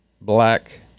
black